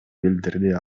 билдирди